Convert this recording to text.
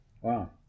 Wow